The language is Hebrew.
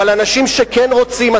אבל אנשים שכן רוצים,